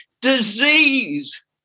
disease